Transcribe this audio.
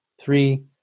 Three